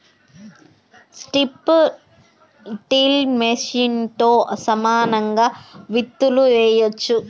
strip till మెషిన్తో సమానంగా విత్తులు వేయొచ్చు